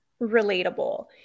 relatable